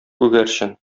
күгәрчен